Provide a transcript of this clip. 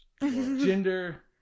Gender